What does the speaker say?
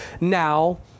now